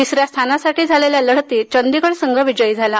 तिसऱ्या स्थानासाठी झालेल्या लढतीत चंदीगड संघ विजयी झाला